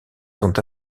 sont